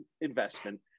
investment